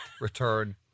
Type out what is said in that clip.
return